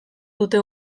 dute